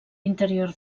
interior